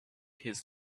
his